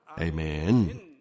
Amen